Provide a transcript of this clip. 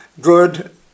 good